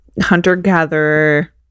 hunter-gatherer